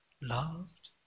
loved